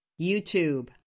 YouTube